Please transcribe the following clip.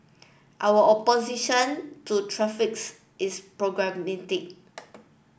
our opposition to traffics is pragmatic